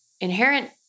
inherent